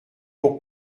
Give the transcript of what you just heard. pour